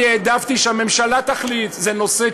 אני העדפתי שהממשלה תחליט בנושא,